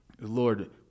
Lord